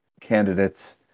candidates